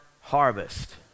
harvest